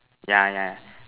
yeah yeah